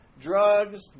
drugs